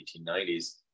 1890s